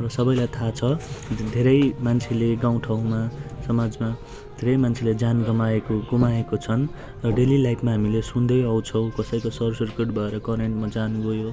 र सबैलाई थाहा छ धेरै मान्छेले गाउँठाउँमा समाजमा धेरै मान्छेले ज्यान गमाएको गुमाएको छन् र डेली लाइफमा हामीले सुन्दै आउँछौँ कसैको सर्ट सर्किट भएर करेन्टमा ज्यान गयो